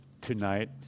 tonight